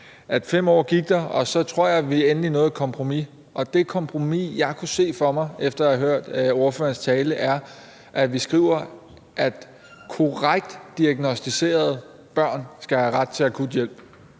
at der gik 5 år, og så tror jeg, at vi endelig nåede et kompromis. Og det kompromis, jeg kunne se for mig efter at have hørt ordførerens tale, er, at vi skriver, at korrekt diagnosticerede børn skal have ret til akut hjælp.